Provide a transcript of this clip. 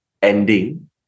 Ending